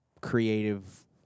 creative